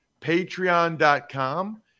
patreon.com